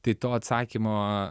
tai to atsakymo